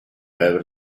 ever